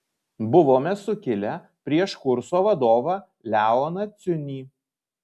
buvome sukilę prieš kurso vadovą leoną ciunį